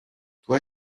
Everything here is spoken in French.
toi